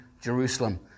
Jerusalem